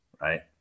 Right